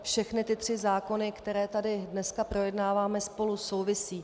Všechny ty tři zákony, které tady dnes projednáváme, spolu souvisí...